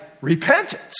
repentance